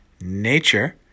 nature